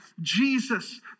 Jesus